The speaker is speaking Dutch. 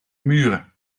muren